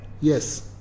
Yes